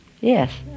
Yes